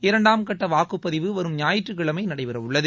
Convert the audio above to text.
இரண்டாம் கட்ட வாக்குப்பதிவு வரும் ஞாயிற்றுக்கிழமை நடைபெறவுள்ளது